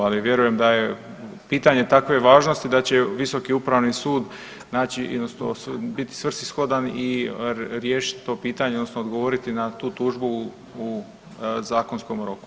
Ali vjerujem da je pitanje takve važnosti da će Visoki upravni sud … biti svrsishodan i riješiti to pitanje odnosno odgovoriti na tu tužbu u zakonskom roku.